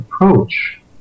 approach